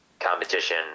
competition